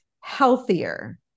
healthier